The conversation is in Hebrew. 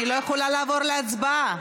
אני לא יכולה לעבור להצבעה.